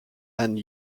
and